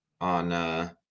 on